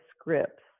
scripts